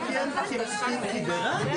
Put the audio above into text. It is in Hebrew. יושבת-ראש הוועדה